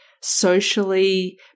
socially